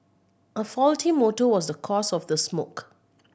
a faulty motor was the cause of the smoke